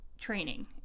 training